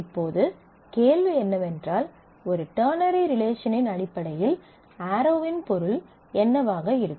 இப்போது கேள்வி என்னவென்றால் ஒரு டெர்னரி ரிலேஷனின் அடிப்படையில் ஆரோவின் பொருள் என்னவாக இருக்கும்